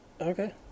Okay